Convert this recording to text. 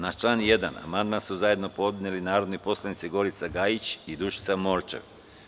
Na član 1. amandman su zajednopodnele narodne poslanice Gorica Gajić i Dušica Morčev.